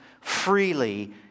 freely